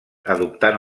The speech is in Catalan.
adoptant